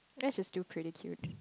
they're just too pretty cute